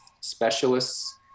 specialists